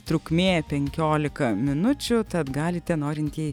trukmė penkiolika minučių tad galite norintieji